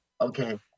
Okay